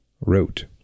wrote